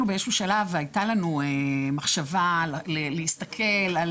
באיזשהו שלב הייתה לנו מחשבה להסתכל על